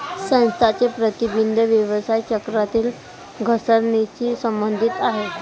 संस्थांचे प्रतिबिंब व्यवसाय चक्रातील घसरणीशी संबंधित आहे